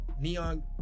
neon